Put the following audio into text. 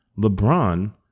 LeBron